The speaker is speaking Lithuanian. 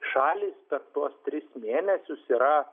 šalys per tuos tris mėnesius yra